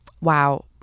wow